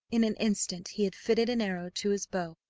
in an instant he had fitted an arrow to his bow,